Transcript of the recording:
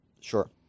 Sure